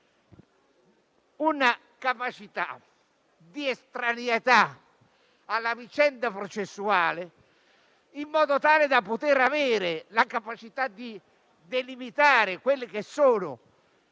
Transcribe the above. una capacità di estraneità alla vicenda processuale in modo tale da avere la capacità di delimitare le vicende